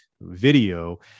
video